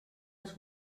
als